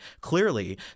clearly